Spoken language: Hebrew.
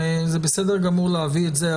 בסדר גמור להביא את זה,